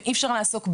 ואי אפשר לעסוק בעיור,